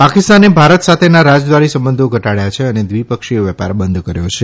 પાકિસ્તાને ભારત સાથેના રાજદ્વારી સંબંધો ઘટાડ્યા છે અને દ્વિપક્ષી વેપાર બંધ કર્યો છે